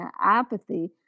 apathy